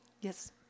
Yes